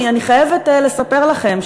אני חייבת לספר לכם,